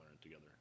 together